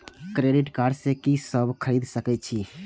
Credit card से की सब खरीद सकें छी?